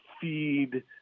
feed